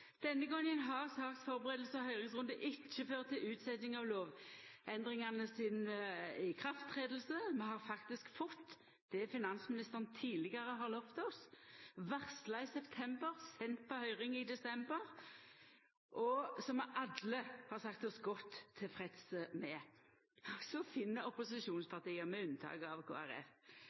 Denne gongen har saksførebuing og høyringsrunder ikkje ført til utsetjing av ikraftsetjing av lovendringane. Vi har faktisk fått det finansministeren tidlegare har lovt oss – varsla i september, sendt på høyring i desember, og som vi alle har sagt oss godt tilfredse med – og så finn opposisjonspartia, med unntak av